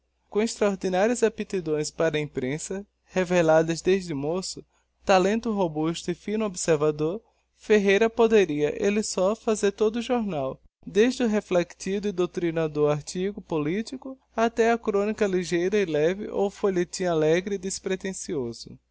com extraordinárias aptidões para a imprensa reveladas desde moço talento robusto e fino observador ferreira poderia elle só fazer todo o jornal desde o reflectido e doutrinador artigo politico até a chronica ligeira e leve ou o folhetim alegre e despretencioso